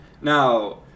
Now